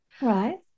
Right